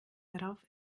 darauf